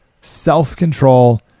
self-control